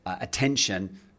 attention